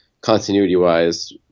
continuity-wise